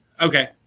okay